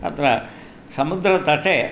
तत्र समुद्रतटे